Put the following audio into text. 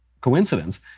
coincidence